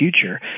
future